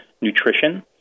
nutrition